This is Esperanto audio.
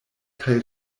kaj